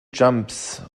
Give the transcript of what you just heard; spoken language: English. jumps